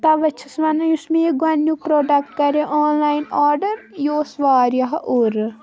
تَوَے چھَس وَنان یُس مےٚ یہِ گۄڈٕنیُک پرٛوڈَکٹ کَرے آن لایِن آرڈَر یہِ اوس واریاہ اوٚرٕ